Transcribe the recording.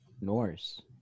Norse